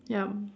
ya